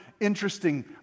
interesting